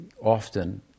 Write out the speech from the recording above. often